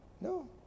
No